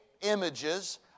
images